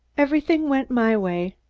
everything went my way.